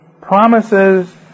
promises